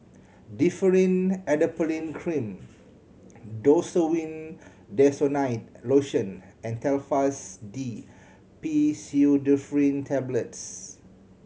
Differin Adapalene Cream Desowen Desonide Lotion and Telfast D Pseudoephrine Tablets